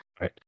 right